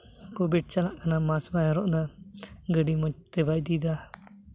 covid ᱪᱟᱞᱟᱜ ᱠᱟᱱᱟ ᱢᱟᱠᱥ ᱵᱟᱭ ᱦᱚᱨᱚᱜ ᱫᱟ ᱜᱟᱹᱰᱤ ᱢᱚᱡᱽᱛᱮ ᱵᱟᱭ ᱤᱫᱤᱭᱫᱟ